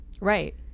Right